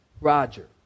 Roger